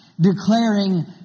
declaring